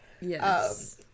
Yes